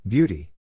Beauty